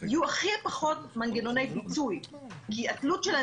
יהיו הכי פחות מנגנוני פיצוי כי התלות שלהם